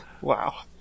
Wow